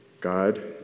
god